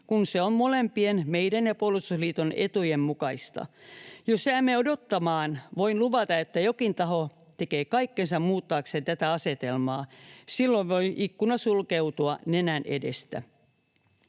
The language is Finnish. kun se on molempien, meidän ja puolustusliiton, etujen mukaista. Jos jäämme odottamaan, voin luvata, että jokin taho tekee kaikkensa muuttaakseen tätä asetelmaa. Silloin voi ikkuna sulkeutua nenän edestä.